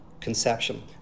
conception